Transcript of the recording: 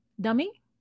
dummy